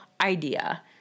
idea